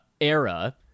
era